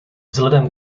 vzhledem